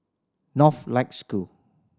Northlight School